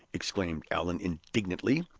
exclaimed allan, indignantly.